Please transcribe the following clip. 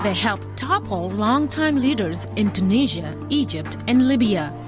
have toppled long-term leaders in tunisia, egypt, and libya.